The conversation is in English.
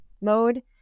mode